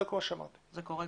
זה קורה.